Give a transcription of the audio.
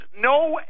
no